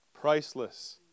Priceless